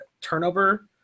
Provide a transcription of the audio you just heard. turnover